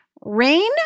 Rain